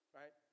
right